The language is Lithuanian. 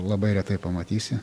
labai retai pamatysi